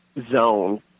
zone